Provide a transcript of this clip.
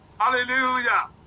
Hallelujah